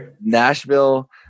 Nashville